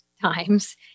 times